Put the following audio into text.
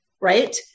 right